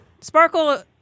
Sparkle